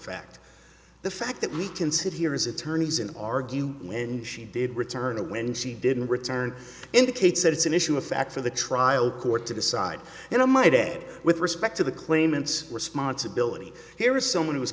fact the fact that we can sit here is attorneys and argue and she did return to when she didn't return indicates that it's an issue of fact for the trial court to decide you know my dad with respect to the claimants responsibility here is someone who